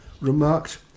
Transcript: remarked